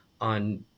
on